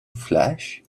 flesh